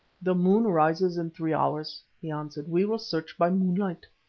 the moon rises in three hours, he answered we will search by moonlight.